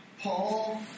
Paul